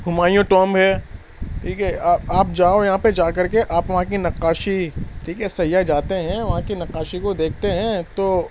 Humayun tomb ہے ٹھیک ہے آپ جاؤ یہاں پہ جا کر کے آپ وہاں کی نقاشی ٹھیک ہے سیاح جاتے ہیں وہاں کی نقاشی کو دیکھتے ہیں تو